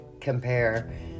compare